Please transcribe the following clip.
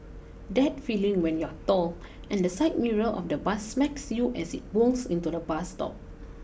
that feeling when you're tall and the side mirror of the bus smacks you as it pulls into the bus stop